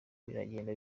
biragenda